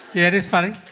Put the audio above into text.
yeah it is funny.